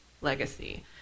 legacy